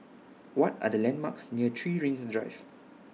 What Are The landmarks near three Rings Drive